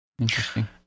Interesting